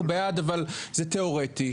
אנחנו בעד אבל זה תיאורטי,